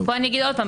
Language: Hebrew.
פה אגיד עוד פעם,